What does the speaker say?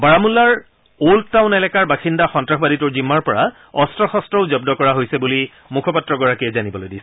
বাৰামুল্লাৰ old town এলেকাৰ বাসিন্দা সন্তাসবাদীটোৰ জিম্মাৰ পৰা অস্ত্ৰ শস্ত্ৰও জব্দ কৰা হৈছে বুলি মুখপাত্ৰগৰাকীয়ে জানিবলৈ দিছে